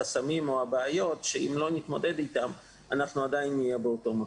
החסמים והבעיות שאם לא נתמודד אתם אנחנו עדיין נהיה באותו מקום.